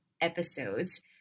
episodes